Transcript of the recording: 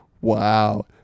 wow